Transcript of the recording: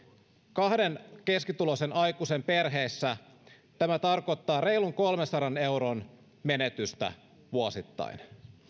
kahden keskituloisen aikuisen perheessä tämä tarkoittaa reilun kolmensadan euron menetystä vuosittain